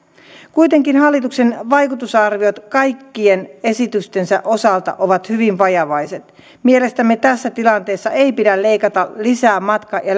kuitenkin hallituksen vaikutusarviot kaikkien esitystensä osalta ovat hyvin vajavaiset mielestämme tässä tilanteessa ei pidä leikata lisää matka ja